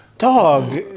Dog